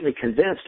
convinced